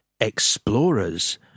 Explorers